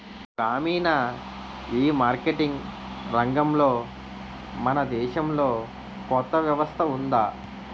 గ్రామీణ ఈమార్కెటింగ్ రంగంలో మన దేశంలో కొత్త వ్యవస్థ ఉందా?